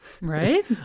Right